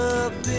up